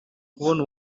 ukubona